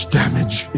damage